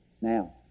Now